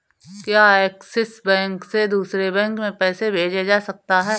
क्या Axis bank से दूसरे बैंक में पैसे भेजे जा सकता हैं?